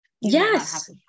Yes